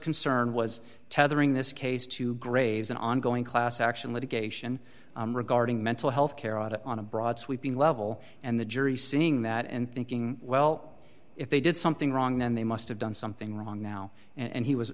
concerned was tethering this case to graves an ongoing class action litigation regarding mental health care audit on a broad sweeping level and the jury seeing that and thinking well if they did something wrong then they must have done something wrong now and he was